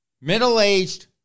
middle-aged